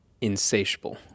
insatiable